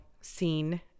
seen